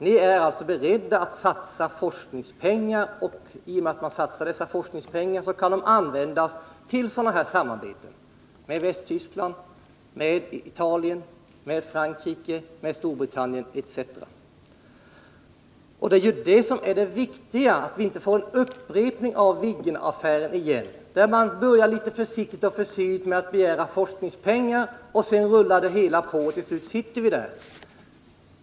Ni är alltså beredda att satsa forskningspengar, och i och med det kan dessa pengar användas till sådant här samarbete — med Västtyskland, Italien, Frankrike, Storbritannien etc. Det viktiga är ju att det inte blir en upprepning av Viggenaffären. Där började man litet försiktigt med att begära forskningspengar, sedan rullade det hela på, och nu sitter vi där.